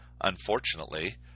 Unfortunately